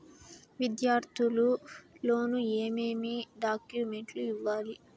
విద్యార్థులు లోను ఏమేమి డాక్యుమెంట్లు ఇవ్వాలి?